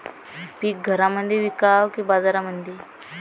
पीक घरामंदी विकावं की बाजारामंदी?